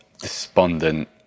despondent